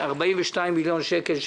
42 מיליון שקל,